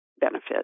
benefit